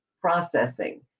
processing